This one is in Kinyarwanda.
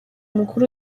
mukuru